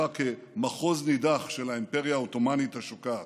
מחוז נידח של האימפריה העות'מאנית השוקעת.